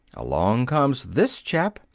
along comes this chap,